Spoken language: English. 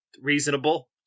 reasonable